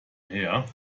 her